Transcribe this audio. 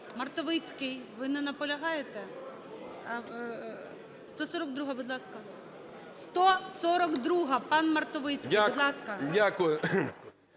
Мартовицький, ви не наполягаєте? 142-а, будь ласка. 142-а, пан Мартовицький, будь ласка.